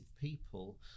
people